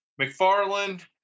McFarland